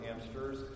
hamsters